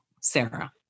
sarah